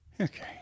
Okay